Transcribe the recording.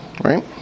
right